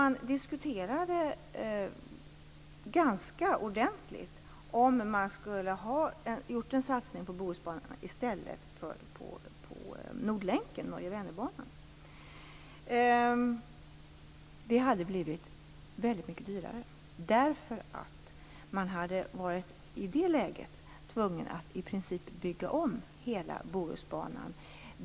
Man diskuterade också ganska ordentligt om man skulle satsa på Bohusbanan i stället för på Nordlänken, dvs. Norge-Vänernbanan. Detta hade dock blivit väldigt mycket dyrare. I det läget hade man varit tvungen att i princip bygga om hela Bohusbanan.